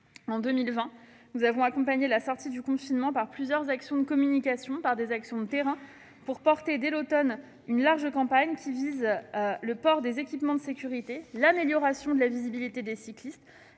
En 2020, nous avons accompagné la sortie du confinement de plusieurs actions de communication, menées sur le terrain, puis nous avons porté, dès l'automne, une large campagne concernant le port des équipements de sécurité et l'amélioration de la visibilité des cyclistes.